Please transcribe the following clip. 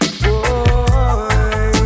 boy